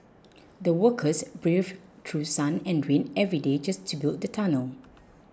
the workers braved through sun and rain every day just to build the tunnel